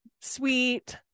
sweet